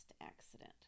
accident